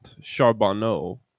Charbonneau